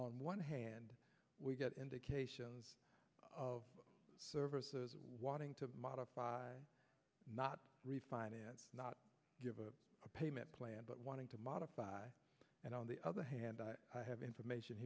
on one hand we got indications of services wanting to modify not refinance not give a payment plan but wanting to modify and on the other hand i have information